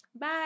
bye